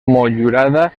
motllurada